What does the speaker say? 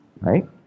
right